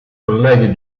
colleghi